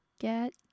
Get